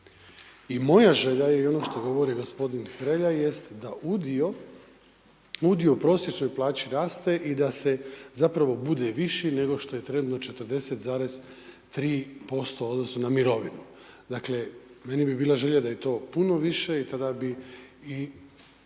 I moja želja je i o ono što govori gospodin Hrelja jest da udio u prosječnoj plaći raste i da zapravo bude viši nego što je trenutno na 40,3% u odnosu na mirovinu. Dakle, meni bi bila želja da je to puno više i tada bi i